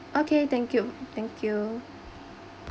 okay thank you thank you